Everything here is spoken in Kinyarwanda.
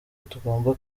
utagomba